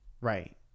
Right